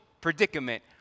predicament